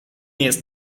jest